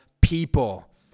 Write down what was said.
people